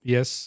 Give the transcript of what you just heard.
Yes